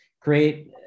create